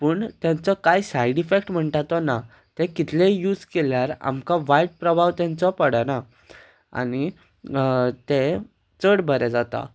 पूण तांचो कांय सायड इफेक्ट म्हणटा तो ना तें कितलेंय यूज केल्यार आमकां वायट प्रभाव तांचो पडना आनी तें चड बरें जाता